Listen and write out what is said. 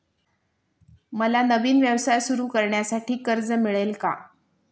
मला नवीन व्यवसाय सुरू करण्यासाठी कर्ज मिळेल का?